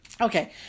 Okay